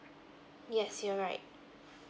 yes you're right